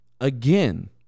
again